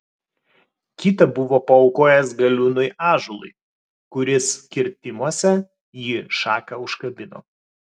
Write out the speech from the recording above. kitą buvo paaukojęs galiūnui ąžuolui kuris kirtimuose jį šaka užkabino